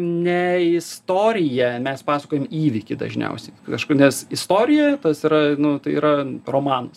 ne istoriją mes pasakojam įvykį dažniausiai kažk nes istorija tas yra nu tai yra romanas